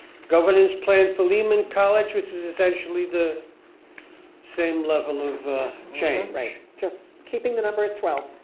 governance plan for lehman college which is essentially the same level of ah change. right, just keeping the number twelve.